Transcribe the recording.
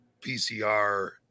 PCR